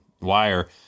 wire